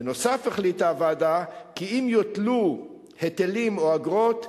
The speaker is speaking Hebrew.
בנוסף החליטה הוועדה כי אם יוטלו היטלים או אגרות,